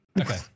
Okay